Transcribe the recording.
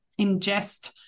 ingest